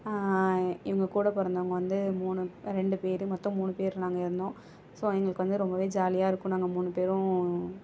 எங்கள் கூட பிறந்தவுங்க வந்து மூணு ரெண்டு பேர் மொத்தம் மூணு பேர் நாங்கள் இருந்தோம் ஸோ எங்களுக்கு வந்து ரொம்ப ஜாலியாக இருக்கும் நாங்கள் மூணு பேரும்